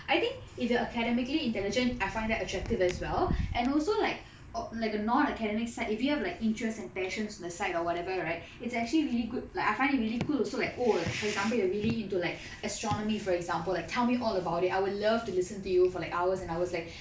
I think if you are academically intelligent I find that attractive as well and also like like a non academic side if you have like interests and passions on the side or whatever right it's actually really good like I find it really cool also like oh like for example you are really into like astronomy for example like tell me all about it I will love to listen to you for like hours and hours like